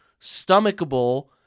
stomachable